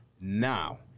now